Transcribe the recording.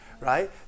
right